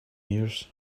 years